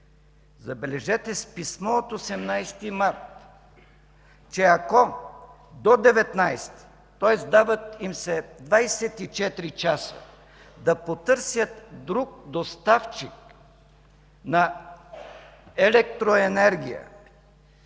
забележете, с писмо от 18 март: до 19-и, тоест дават им се 24 часа да потърсят друг доставчик на електроенергия,